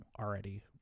already